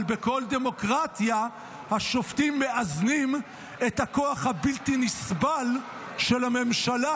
אבל בכל דמוקרטיה השופטים מאזנים את הכוח הבלתי-נסבל של הממשלה,